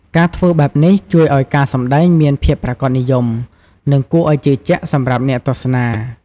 ការធ្វើបែបនេះជួយឱ្យការសម្ដែងមានភាពប្រាកដនិយម និងគួរឲ្យជឿជាក់សម្រាប់អ្នកទស្សនា។